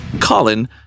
Colin